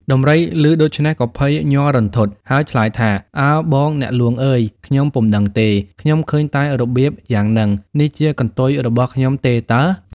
ដំរីឮដូច្នេះក៏ភ័យញ័ររន្ធត់ ហើយឆ្លើយថា៖ "ឱបងអ្នកហ្លួងអើយ! ខ្ញុំពុំដឹងទេ ខ្ញុំឃើញតែរបៀបយ៉ាងហ្នឹង នេះជាកន្ទុយរបស់ខ្ញុំទេតើ"។